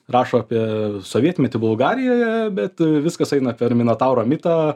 rašo apie sovietmetį bulgarijoje bet viskas eina per minotauro mitą